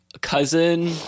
cousin